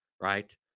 Right